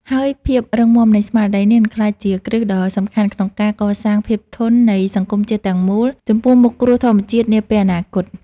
ហើយភាពរឹងមាំនៃស្មារតីនេះនឹងក្លាយជាគ្រឹះដ៏សំខាន់ក្នុងការកសាងភាពធន់នៃសង្គមជាតិទាំងមូលចំពោះមុខគ្រោះធម្មជាតិនាពេលអនាគត។